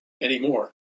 anymore